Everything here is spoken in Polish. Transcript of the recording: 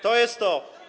To jest to.